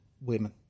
women